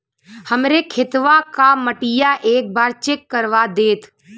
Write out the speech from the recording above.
हमरे खेतवा क मटीया एक बार चेक करवा देत?